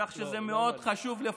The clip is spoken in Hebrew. כך שזה חשוב מאוד,